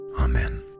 Amen